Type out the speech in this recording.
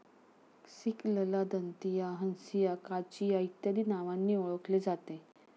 सिकलला दंतिया, हंसिया, काचिया इत्यादी नावांनी ओळखले जाते